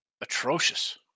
Atrocious